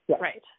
Right